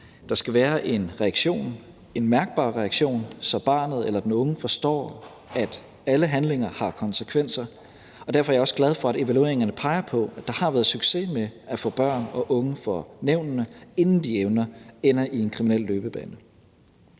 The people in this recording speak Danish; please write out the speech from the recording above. Der skal være en mærkbar reaktion, så barnet eller den unge forstår, at alle handlinger har konsekvenser. Derfor er jeg også glad for, at evalueringerne peger på, at der har været succes med at få børn og unge for nævnene, inden de ender i en kriminel løbebane.